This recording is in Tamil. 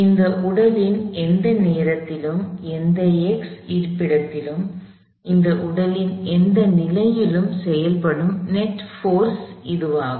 இந்த உடலின் எந்த நேரத்திலும் எந்த x இருப்பிடத்திலும் இந்த உடலின் எந்த நிலையிலும் செயல்படும் நெட் போர்ஸ் இதுவாகும்